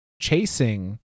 chasing